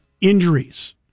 injuries